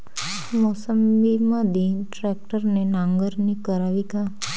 मोसंबीमंदी ट्रॅक्टरने नांगरणी करावी का?